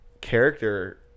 character